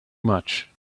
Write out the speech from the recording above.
much